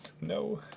No